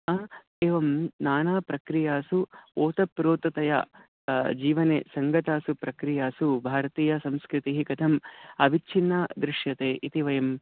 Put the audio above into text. हा एवं नानाप्रक्रियासु ओतप्रोततया जीवने सङ्गतासु प्रक्रियासु भारतीयसंस्कृतिः कथम् अविच्छिन्ना दृश्यते इति वयं